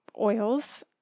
oils